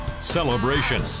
celebration